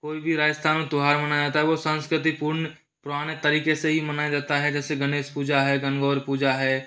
कोई भी राजस्थान में त्यौहार मनाया था वह संस्कृति पूर्ण पुराने तरीके से ही मनाया जाता है जैसे गणेश पूजा है गणगौर पूजा है